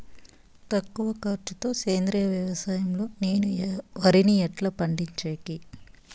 తక్కువ ఖర్చు తో సేంద్రియ వ్యవసాయం లో నేను వరిని ఎట్లా పండించేకి?